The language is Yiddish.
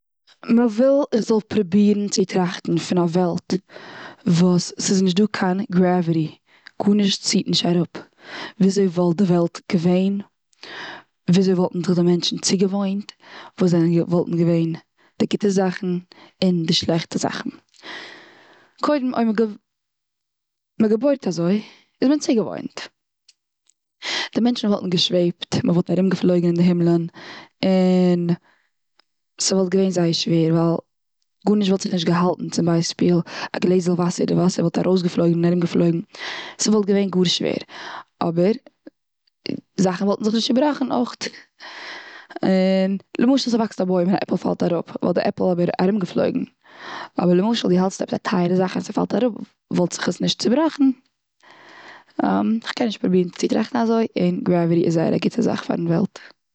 מ'וויל איך זאל פרובירן צו טראכטן פון א וועלט, וואס ס'איז נישט דא קיין גרעוועטי. גארנישט ציט נישט אראפ. וויאזוי וואלט די וועלט געווען? וויאזוי וואלטן זיך די מענטשן צוגעוואוינט? וואס זענען, וואלטן געווען די גוטע זאכן? און די שלעכטע זאכן? קודם, אויב מ'געוו- מ'געבוירט אזוי, איז מען צוגעוואוינט. די מענטשן וואלטן געשוועבט, מ'וואלט ארומגעפלויגן און די הימלען. און, ס'וואלט געווען זייער שווער. ווייל גארנישט וואלט זיך נישט געהאלטן. צום ביישפיל א גלעזל וואסער, די וואסער וואלט ארויסגעפלויגן, און ארומגעפלויגן. ס'וואלט געווען גאר שווער. אבער, זאכן וואלטן זיך נישט צובראכן אויכט. און, למשל ס'וואקסט א בוים און א עפל פאלט אראפ, וואלט די עפל אבער ארומגעפלויגן. אבער למשל די האלסט עפעס א טייערע זאך, און ס'פאלט אראפ וואלט זיך עס נישט צובראכן. כ'קען נישט פרובירן צו טראכטן אזוי. און גרעוועטי איז זייער א גוטע זאך פארן וועלט.